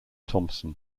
thompson